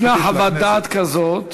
אם יש חוות דעת כזאת,